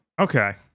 Okay